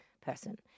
person